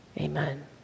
Amen